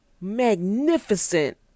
magnificent